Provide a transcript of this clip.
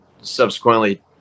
subsequently